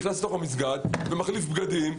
נכנס למסגד והחליף בגדים,